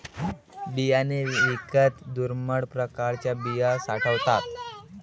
बियाणे बँकेत दुर्मिळ प्रकारच्या बिया साठवतात